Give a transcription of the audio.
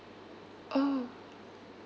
oh